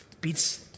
beats